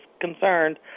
concerned